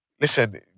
listen